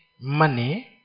money